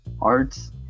arts